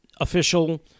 official